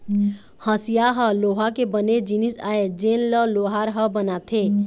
हँसिया ह लोहा के बने जिनिस आय जेन ल लोहार ह बनाथे